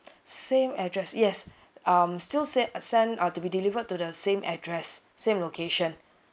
same address yes um still send send uh to be delivered to the same address same location